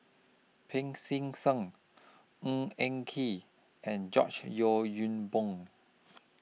Pancy Seng Ng Eng Kee and George Yeo Yong Boon